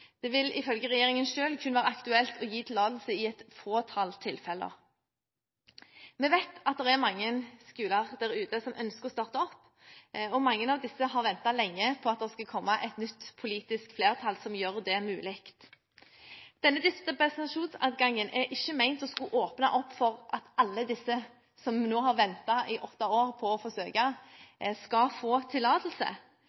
Det vil ifølge regjeringen selv kunne være aktuelt å gi tillatelse i et fåtall tilfeller. Vi vet at det er mange skoler der ute som ønsker å starte opp, og mange av disse har ventet lenge på at det skulle komme et nytt politisk flertall som gjør det mulig. Denne dispensasjonsadgangen er ikke ment å skulle åpne for at alle disse som nå har ventet i åtte år på